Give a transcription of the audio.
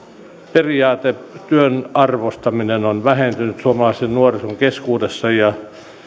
periaate työn arvostaminen on vähentynyt suomalaisen nuorison keskuudessa ja